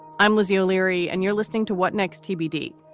i'm lizzie o'leary and you're listening to what next tbd,